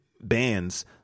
bands